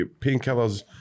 painkillers